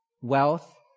wealth